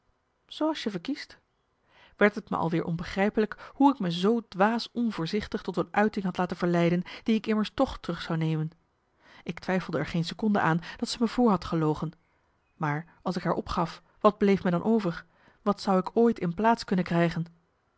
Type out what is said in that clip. zooals je verkiest werd het me al weer onbegrijpelijk hoe ik me zoo dwaas onvoorzichtig tot een uiting had laten verleiden die ik immers toch terug zou nemen ik twijfelde er geen seconde aan dat ze me voor had gelogen maar als ik haar opgaf wat bleef me dan over wat zou ik ooit in plaats kunnen krijgen